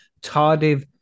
tardive